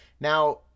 Now